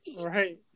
right